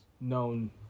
known